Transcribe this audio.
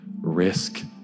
risk